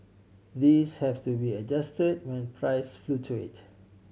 these have to be adjust when price fluctuate